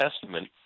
Testament